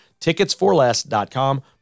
Ticketsforless.com